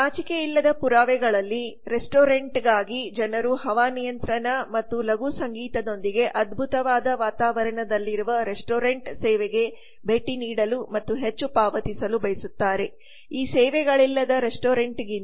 ನಾಚಿಕೆಯಿಲ್ಲದ ಪುರಾವೆಗಳಲ್ಲಿ ರೆಸ್ಟೋರೆಂಟ್ಗಾಗಿ ಜನರು ಹವಾನಿಯಂತ್ರಣ ಮತ್ತು ಲಘು ಸಂಗೀತದೊಂದಿಗೆ ಅದ್ಭುತವಾದ ವಾತಾವರಣದಲ್ಲಿರುವ ರೆಸ್ಟೋರೆಂಟ್ ಸೇವೆಗೆ ಭೇಟಿ ನೀಡಲು ಮತ್ತು ಹೆಚ್ಚು ಪಾವತಿಸಲು ಬಯಸುತ್ತಾರೆ ಈ ಸೇವೆಗಳಿಲ್ಲದ ರೆಸ್ಟೋರೆಂಟ್ಗಿಂತ